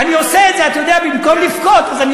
זה עצוב, זה עצוב.